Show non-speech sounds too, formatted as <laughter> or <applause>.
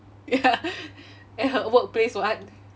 ya <laughs> at her workplace [what]